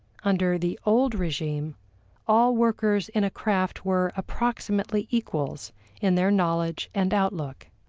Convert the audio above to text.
under the old regime all workers in a craft were approximately equals in their knowledge and outlook.